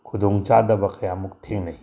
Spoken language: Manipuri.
ꯈꯨꯗꯣꯡ ꯆꯥꯗꯕ ꯀꯌꯥꯃꯨꯛ ꯊꯦꯡꯅꯩ